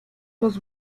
los